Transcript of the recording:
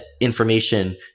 information